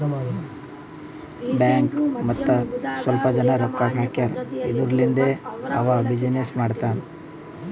bank ಮತ್ತ ಸ್ವಲ್ಪ ಜನ ರೊಕ್ಕಾ ಹಾಕ್ಯಾರ್ ಇದುರ್ಲಿಂದೇ ಅವಾ ಬಿಸಿನ್ನೆಸ್ ಮಾಡ್ತಾನ್